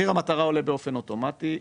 מחיר המטרה עולה באופן אוטומטי,